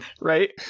Right